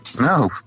No